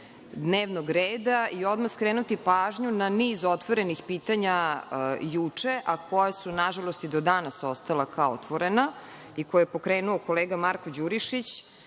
dnevnog reda i odmah skrenuti pažnju na niz otvorenih pitanja juče, a koja su, nažalost, i do danas ostala kao otvorena i koja je pokrenuo kolega Marko Đurišić,